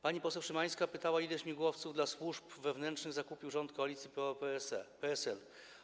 Pani poseł Szymańska pytała, ile śmigłowców dla służb wewnętrznych zakupił rząd koalicji PO-PSL.